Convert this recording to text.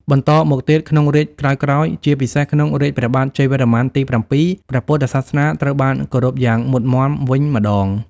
បន្តមកទៀត ក្នុងរាជ្យក្រោយៗ ជាពិសេសក្នុងរាជព្រះបាទជ័យវរ្ម័នទី៧ ព្រះពុទ្ធ សាសនាត្រូវបានគោរពយ៉ាងមុតមាំវិញម្តង។